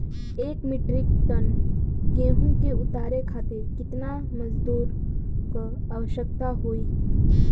एक metric ton गेहूँ के उतारे खातीर कितना मजदूर क आवश्यकता होई?